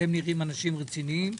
אתם נראים אנשים רציניים,